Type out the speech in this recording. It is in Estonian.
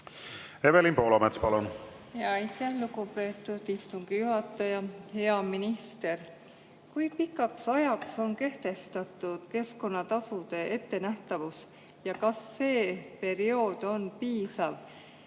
Evelin Poolamets, palun! Aitäh, lugupeetud istungi juhataja! Hea minister! Kui pikaks ajaks on kehtestatud keskkonnatasude ettenähtavus? Kas see periood on piisav